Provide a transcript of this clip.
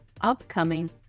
upcoming